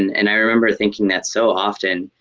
and and i remember thinking that so often.